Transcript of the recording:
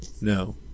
no